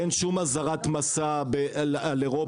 אין שום אזהרת מסע על אירופה.